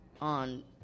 on